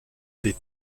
des